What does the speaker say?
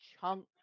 chunk